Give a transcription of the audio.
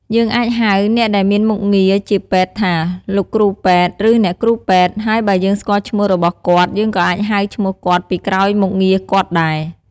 យើងអាចហៅអ្នកដែលមានមុខងារជាពេទ្យថា លោកគ្រូពេទ្យ ឬអ្នកគ្រូពេទ្យ ហើយបើយើងស្គាល់ឈ្មោះរបស់គាត់យើងក៏អាចហៅឈ្មោះគាត់ពីក្រោយមុខងារគាត់ដែរ។